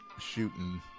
shooting